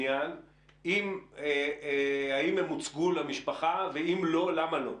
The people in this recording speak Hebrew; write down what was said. האם הן הוצגו למשפחה ואם לא, למה לא?